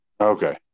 Okay